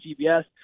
CBS